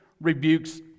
rebukes